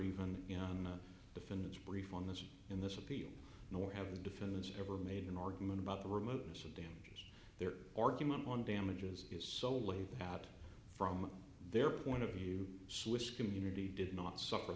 even on the defendant's brief on this in this appeal nor have the defendants ever made an argument about the remoteness of dams their argument on damages is so laid out from their point of view swiss community did not suffer